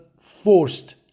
forced